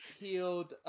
healed